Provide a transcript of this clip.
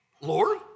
Lord